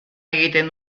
egiten